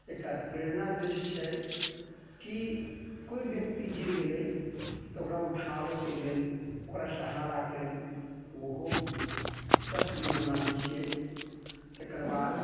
एकर प्रेरणा दृश्य छै कि कोइ व्यक्ति गिर गेलै तऽ ओकरा उठाबैके लेल ओकरा सहाराके लेल ओहो तस्वीर बना दै छियै तकर बाद